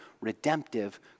redemptive